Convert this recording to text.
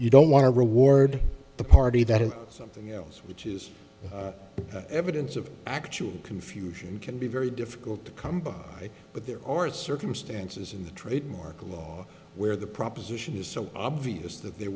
you don't want to reward the party that is something else which is evidence of actual confusion can be very difficult to come by but there are circumstances in the trademark law where the proposition is so obvious that there